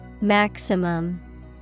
Maximum